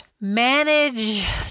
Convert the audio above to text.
manage